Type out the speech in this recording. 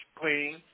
clean